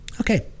Okay